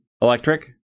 electric